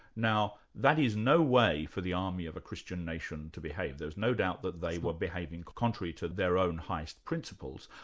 now, that is no way for the army of a christian nation to behave there was no doubt that they were behaving contrary to their own highest principles.